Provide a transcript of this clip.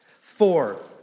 Four